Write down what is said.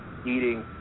eating